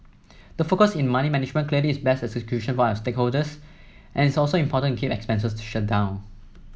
the focus in money management clearly is best execution for our shareholders and it's also important to keep expenses down